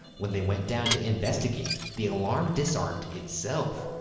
when they went down to investigate, the alarm disarmed itself.